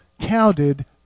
counted